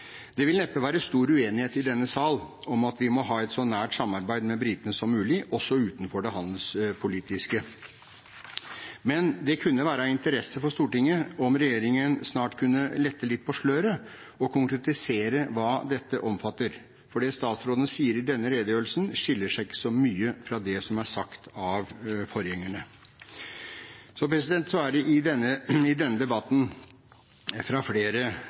Det vil neppe være stor uenighet i denne sal om at vi må ha et så nært samarbeid med britene som mulig, også utenfor det handelspolitiske. Men det kunne være av interesse for Stortinget om regjeringen snart kunne lette litt på sløret og konkretisere hva dette omfatter. For det statsråden sier i denne redegjørelsen, skiller seg ikke så mye fra det som er sagt av forgjengerne. Så er det i denne debatten av flere